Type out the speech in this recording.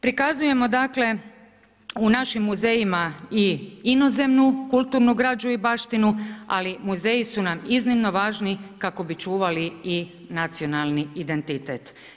Prikazujemo dakle, u našim muzejima i inozemnu kulturnu građu i baštinu, ali muzeji su nam iznimno važni kako bi čuvali i nacionalni identitet.